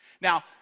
Now